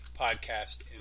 podcast